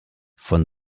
von